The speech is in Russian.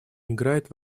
играет